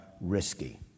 risky